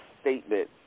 statement